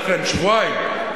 לכן, שבועיים.